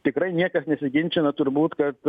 tikrai niekas nesiginčina turbūt kad